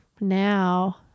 now